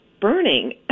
burning